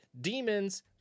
demons